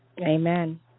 Amen